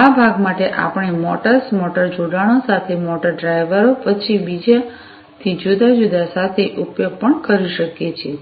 આ ભાગ માટે આપણે મોટર્સ મોટર જોડાણો સાથે મોટર ડ્રાઇવરો પછી બીજાથી જુદા જુદા સાથે ઉપયોગ પણ કરી શકીએ છીએ